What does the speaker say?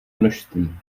množství